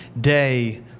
day